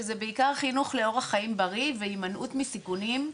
שזה בעיקר חינוך לאורח חיים בריא והימנעות מסיכונים,